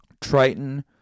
Triton